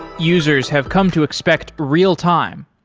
users have come to expect real-time.